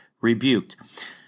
rebuked